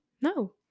No